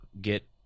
get